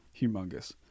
humongous